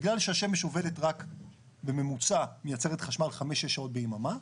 בגלל שהשמש בממוצע מייצרת חשמל חמש-שש שעות ביממה,